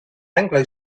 anglo